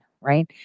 right